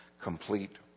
complete